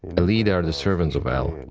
elite are the servants of el, and